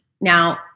Now